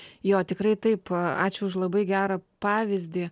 jo tikrai taip ačiū už labai gerą pavyzdį